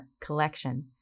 Collection